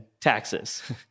taxes